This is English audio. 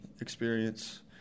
experience